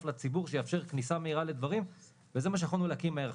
לציבור שיאפשר כניסה מהירה לדברים וזה מה שיכולנו להקים מהר.